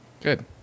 Good